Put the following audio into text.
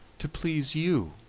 to please you,